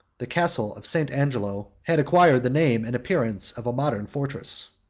the castle of st. angelo, had acquired the name and appearance of a modern fortress.